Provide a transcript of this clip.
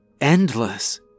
endless